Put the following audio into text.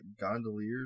gondoliers